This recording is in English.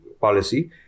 policy